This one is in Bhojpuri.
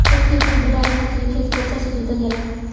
खेत के उपज बढ़ावे खातिर खेत के अच्छा से जोतल जाला